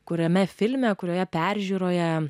kuriame filme kurioje peržiūroje